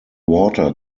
water